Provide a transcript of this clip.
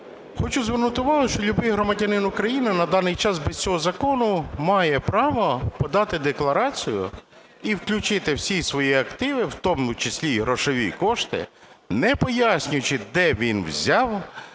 Хочу звернути увагу, що любий громадянин України на даний час без цього закону має право подати декларацію і включити всі свої активи, в тому числі і грошові кошти, не пояснюючи, де він взяв,